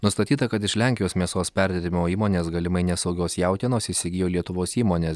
nustatyta kad iš lenkijos mėsos perdirbimo įmonės galimai nesaugios jautienos įsigijo lietuvos įmonės